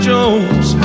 Jones